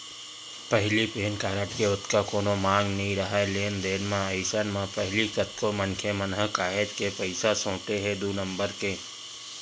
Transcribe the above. पहिली PAN card के ओतका कोनो मांग नइ राहय लेन देन म, अइसन म पहिली कतको मनखे मन ह काहेच के पइसा सोटे हे दू नंबर के